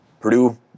Purdue